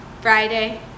Friday